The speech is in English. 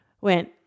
Went